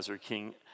king